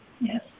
Yes